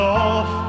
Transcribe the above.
off